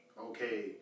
okay